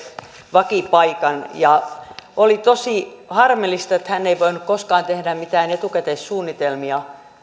vakipaikan oli tosi harmillista että hän ei voinut koskaan tehdä mitään etukäteissuunnitelmia